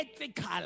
ethical